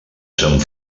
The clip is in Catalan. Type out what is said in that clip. sant